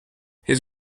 his